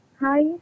hi